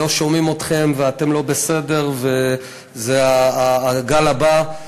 לא שומעים אתכם ואתם לא בסדר, וזה הגל הבא.